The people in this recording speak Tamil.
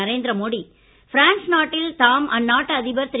நரேந்திரமோடி பிரான்ஸ் நாட்டில் தாம் அந்நாட்டு அதிபர் திரு